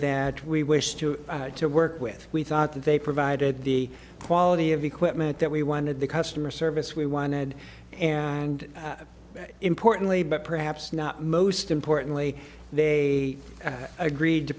that we wished to to work with we thought that they provided the quality of equipment that we wanted the customer service we wanted and importantly but perhaps not most importantly they agreed to